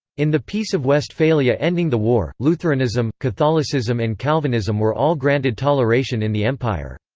in the peace of westphalia ending the war, lutheranism, catholicism and calvinism were all granted toleration in the empire.